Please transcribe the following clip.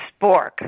spork